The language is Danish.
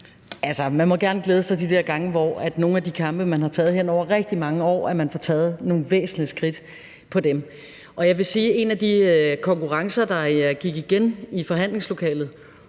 man må gerne glæde sig de der gange, hvor man i nogle af de kampe, man har taget over rigtig mange år, får taget nogle væsentlige skridt. Jeg vil sige, at en af de konkurrencer, der gik igen i forhandlingslokalet